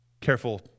Careful